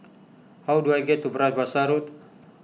how do I get to Bras Basah Road